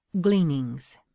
Gleanings